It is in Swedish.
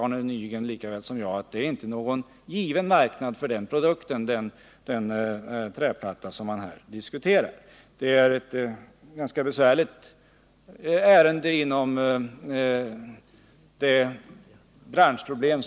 Arne Nygren vet lika bra som jag att det inte finns någon given marknad för den träplatta som man här diskuterar. Inom träplatteindustrin har man mycket besvärliga branschproblem.